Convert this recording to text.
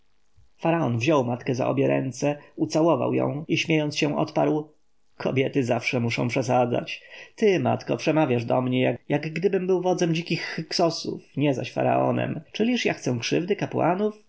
wziął matkę za obie ręce ucałował ją i śmiejąc się odparł kobiety zawsze muszą przesadzać ty matko przemawiasz do mnie jakgdybym był wodzem dzikich hyksosów nie zaś faraonem czyliż ja chcę krzywdy